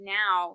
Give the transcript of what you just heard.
now